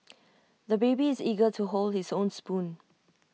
the baby is eager to hold his own spoon